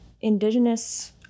indigenous